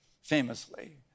famously